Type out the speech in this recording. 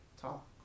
talk